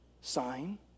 sign